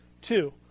Two